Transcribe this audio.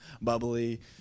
bubbly